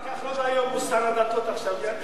השר כחלון היום, הוא שר הדתות עכשיו.